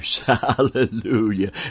Hallelujah